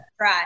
right